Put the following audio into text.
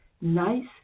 nice